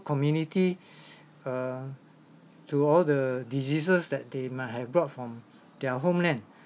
community err to all the diseases that they might have brought from their homeland